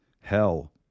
hell